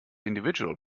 individual